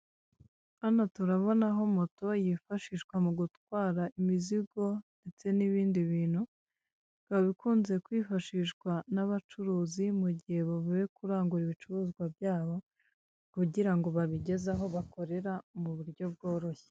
Hano turabonaho moto yifashishwa mu gutwara imizigo ndetse n'ibindi bintu, ikaba ikunze kwifashishwa n'abacuruzi mu gihe bavuye kurangura ibicuruzwa byabo kugira ngo babigeze aho bakorera mu buryo bworoshye.